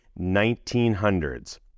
1900s